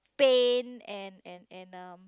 pain and and and um